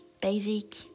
basic